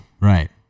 Right